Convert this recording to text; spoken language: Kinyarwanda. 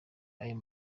ayo